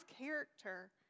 character